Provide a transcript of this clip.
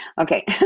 Okay